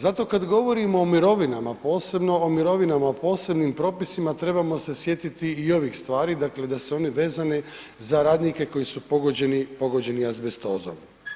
Zato kad govorimo o mirovinama, posebno o mirovinama o posebnim propisima trebamo se sjetiti i ovih stvari, dakle da su one vezane za radnike koji su pogođeni azbestozom.